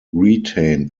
retained